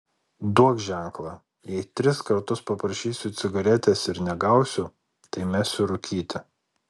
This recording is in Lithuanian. duok ženklą jei tris kartus paprašysiu cigaretės ir negausiu tai mesiu rūkyti